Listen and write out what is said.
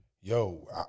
yo